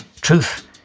Truth